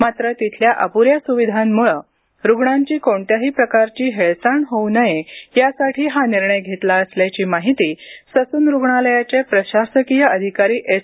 मात्र तिथल्या अपुऱ्या सुविधांमुळे रुग्णांची कोणत्याही प्रकारची हेळसांड होऊ नये यासाठी हा निर्णय घेतला असल्याची माहिती ससून रुग्णालयाचे प्रशासकीय अधिकारी एस